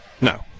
No